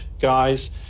guys